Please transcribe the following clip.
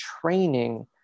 training